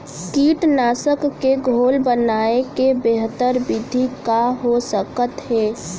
कीटनाशक के घोल बनाए के बेहतर विधि का हो सकत हे?